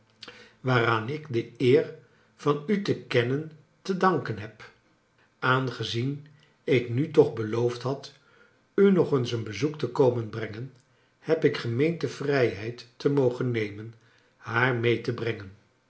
waaraan ik de eer van u te kennen te danken heb aangezien ik nu toch beloofd had u nog eens een bezoek te komen brengen heb ik gemeend de vrijheid te mogen nemen haar mee te brengen